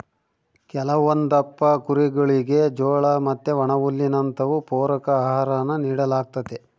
ಕೆಲವೊಂದಪ್ಪ ಕುರಿಗುಳಿಗೆ ಜೋಳ ಮತ್ತೆ ಒಣಹುಲ್ಲಿನಂತವು ಪೂರಕ ಆಹಾರಾನ ನೀಡಲಾಗ್ತತೆ